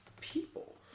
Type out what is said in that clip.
people